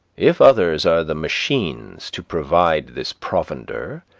if others are the machines to provide this provender,